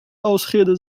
ausrede